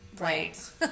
right